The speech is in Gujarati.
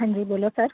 હા જી બોલો સર